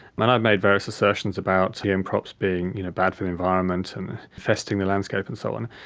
and i made various assertions about gm crops being you know bad for the environment and infesting the landscape and so on.